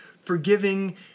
forgiving